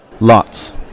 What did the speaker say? Lots